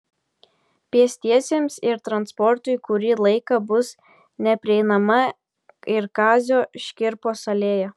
pėstiesiems ir transportui kurį laiką bus neprieinama ir kazio škirpos alėja